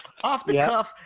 off-the-cuff